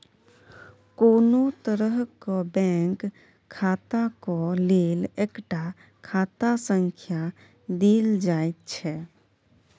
कोनो तरहक बैंक खाताक लेल एकटा खाता संख्या देल जाइत छै